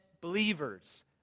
believers